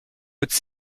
hautes